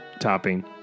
topping